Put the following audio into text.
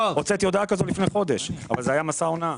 לפני חודש הוצאתי הודעה כזאת אבל זה היה מסע הונאה.